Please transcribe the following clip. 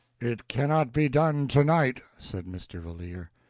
it cannot be done tonight, said mr. valeer.